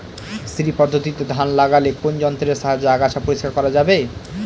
শ্রী পদ্ধতিতে ধান লাগালে কোন যন্ত্রের সাহায্যে আগাছা পরিষ্কার করা যাবে?